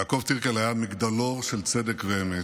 יעקב טירקל היה מגדלור של צדק ואמת,